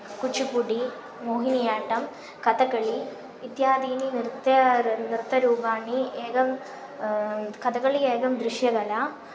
Kuchipudi Mohiniyattam Kathakali इत्यादीनि नृत्यानि नृत्यरूपाणि एकं कथक्कलि एकं दृश्यकला